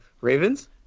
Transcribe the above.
Ravens